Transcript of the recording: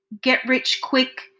get-rich-quick